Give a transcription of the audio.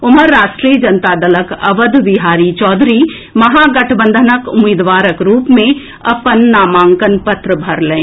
ओम्हर राष्ट्रीय जनता दलक अवध बिहारी चौधरी महागठबंधनक उम्मीदवारक रूप मे अपन नामांकन पत्र भरलनि